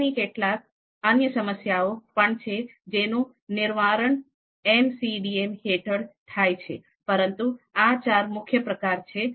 નિર્ણયની કેટલીક અન્ય સમસ્યાઓ પણ છે જેનું નિવારણ MCDM હેઠળ થાય છે પરંતુ આ ચાર મુખ્ય પ્રકાર છે